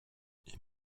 ils